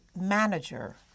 manager